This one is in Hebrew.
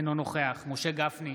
אינו נוכח משה גפני,